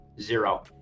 Zero